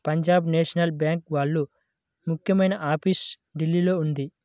Punjab national bank వాళ్ళ ముఖ్యమైన office ఢిల్లీలో ఉంది